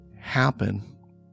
happen